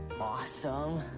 Awesome